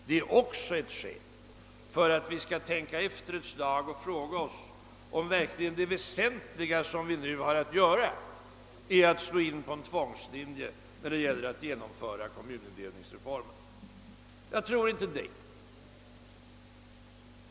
Det är också ett skäl för att vi skall tänka efter och fråga oss, om det väsentliga som vi nu har att göra är att slå in på en tvångslinje när det gäller att genomföra kommunindelningsreformen. Jag tror inte det.